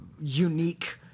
unique